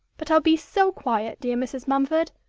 but i'll be so quiet, dear mrs. mumford.